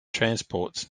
transports